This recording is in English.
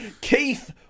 Keith